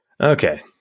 Okay